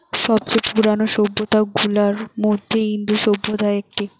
সব চেয়ে পুরানো সভ্যতা গুলার মধ্যে ইন্দু সভ্যতা একটি